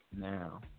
now